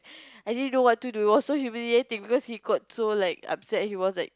I didn't know what to do it was so humiliating because he got so like upset he was like